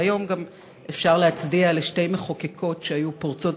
והיום גם אפשר להצדיע לשתי מחוקקות שהיו פורצות